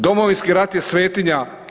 Domovinski rat je svetinja.